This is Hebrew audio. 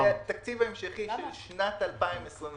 לתקציב ההמשכי של שנת 2021,